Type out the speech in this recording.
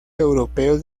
europeos